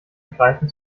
greifen